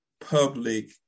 public